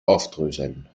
aufdröseln